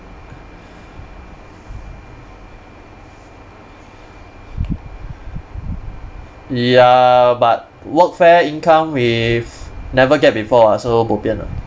ya but workfare income with never get before ah so bo pian ah